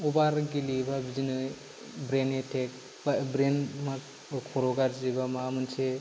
अभार गेलेयोबाबो जोङो brain attack मा ब्रेन खर' गाज्रि बा माबा मोनसे